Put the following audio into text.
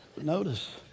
Notice